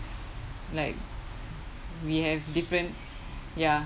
like we have different ya